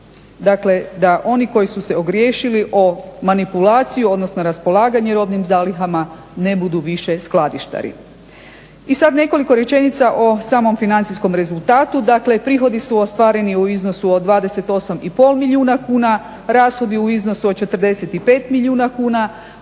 Dakle da oni koji su se ogriješili o manipulaciju odnosno raspolaganjem robnim zalihama ne budu više skladištari. I sada nekoliko rečenica o samom financijskom rezultatu. Dakle prihodi su ostvareni u iznosu od 28,5 milijuna kuna, rashodi u iznosu od 45 milijuna kuna.